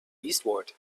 eastward